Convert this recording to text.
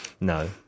no